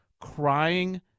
crying